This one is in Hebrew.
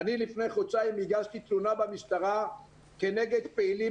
לפני חודשיים אני הגשתי תלונה במשטרה כנגד פעילים